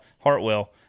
Hartwell